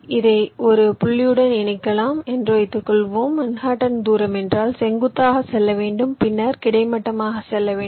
இதை ஒரு புள்ளியுடன் இணைக்கலாம் என்று வைத்துக்கொள்வோம் மன்ஹாட்டன் தூரம் என்றால் செங்குத்தாக செல்ல வேண்டும் பின்னர் கிடைமட்டமாக செல்ல வேண்டும்